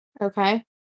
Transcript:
Okay